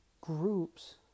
Groups